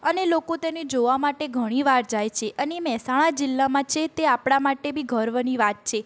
અને લોકો તેને જોવા માટે ઘણીવાર જાય છે અને મહેસાણા જિલ્લામાં છે તે આપણાં માટે બી ગર્વની વાત છે